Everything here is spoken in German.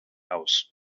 aus